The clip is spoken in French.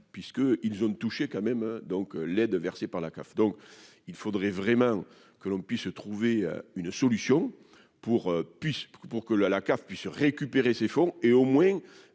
puisque ils ont touché quand même donc l'aide versée par la CAF, donc il faudrait vraiment que l'on puisse trouver une solution pour puisse pour que pour que la la CAF puisse récupérer ses fonds et au moins